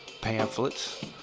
pamphlets